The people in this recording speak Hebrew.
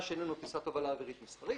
מה שאיננו טיסת תובלה אווירית מסחרית,